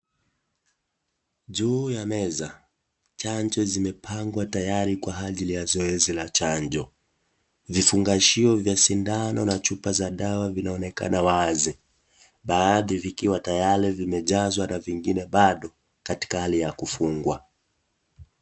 Juu ya meza chanjo zimepangwa tayari Kwa ajili ya zoezi la chanjo. Vifungashio vya sindano na chupa za dawa vinaonekana wazi baadhi vikiwa tayali vimejazwa na vingine bado katika hali ya kufungwa.